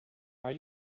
are